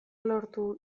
lortu